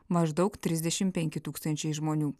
maždaug trisdešim penki tūkstančiai žmonių